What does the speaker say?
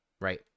right